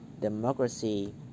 democracy